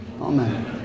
Amen